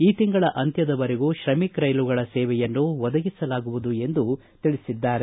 ಈ ತಿಂಗಳ ಅಂತ್ಯದವರೆಗೂ ಶ್ರಮಿಕ್ ರೈಲುಗಳ ಸೇವೆಯನ್ನು ಒದಗಿಸಲಾಗುವುದು ಎಂದು ತಿಳಿಸಿದ್ದಾರೆ